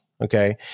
Okay